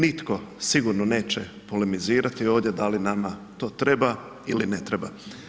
Ne, nitko sigurno neće polemizirati ovdje da li nama to treba ili ne treba.